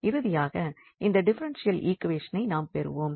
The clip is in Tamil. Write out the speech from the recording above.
இறுதியாக அந்த டிஃபரென்ஷியல் ஈக்வேஷனை நாம் பெறுவோம்